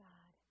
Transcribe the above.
God